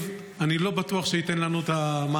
אני לא בטוח שאותו נתיב ייתן לנו את המענה.